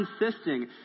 insisting